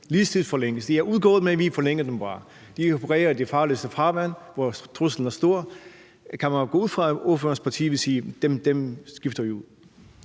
livstidsforlænges. De er udgået, men man forlænger dem bare. De opererer i det farligste farvand, hvor truslen er stor. Kan man gå ud fra, at ordførerens parti vil sige: Dem skifter vi ud?